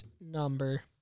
number